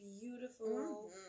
beautiful